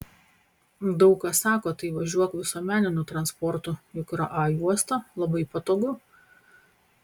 daug kas sako tai važiuok visuomeniniu transportu juk yra a juosta labai patogu